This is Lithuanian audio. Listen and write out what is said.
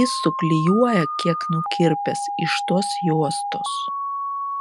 jis suklijuoja kiek nukirpęs iš tos juostos